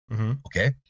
Okay